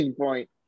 point